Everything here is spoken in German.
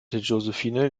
josephine